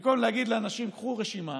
זה, במקום להגיד לאנשים: קחו רשימה,